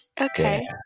Okay